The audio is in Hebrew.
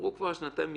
עברו כבר שנתיים מזמן.